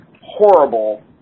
horrible